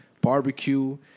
Barbecue